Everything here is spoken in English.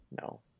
No